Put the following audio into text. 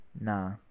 Nah